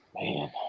man